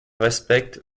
respecte